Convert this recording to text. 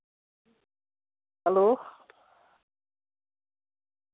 hello